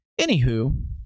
Anywho